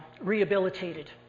rehabilitated